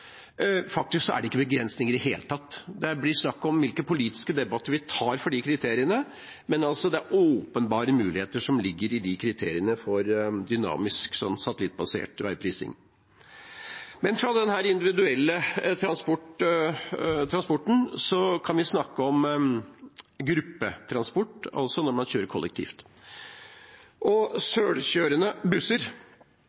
faktisk ikke begrensninger i det hele tatt. Det blir snakk om hvilke politiske debatter vi tar for de kriteriene, men det ligger åpenbare muligheter i de kriteriene for dynamisk, satellittbasert veiprising. Men fra denne individuelle transporten kan vi gå over til å snakke om gruppetransport, altså når man kjører kollektivt.